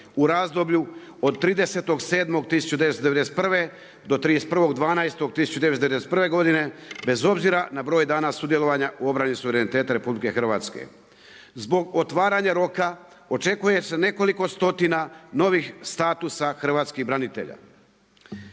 u razdoblju od 30.7.1991. do 31.12.1991. godine, bez obzira na broj dana sudjelovanja u obrani suvereniteta RH. Zbog otvaranja roka očekuje se nekoliko stotina novih statusa hrvatskih branitelja.